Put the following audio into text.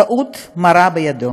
טעות מרה בידו,